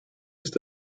ist